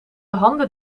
handen